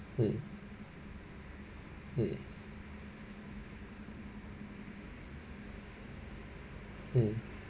mm mm mm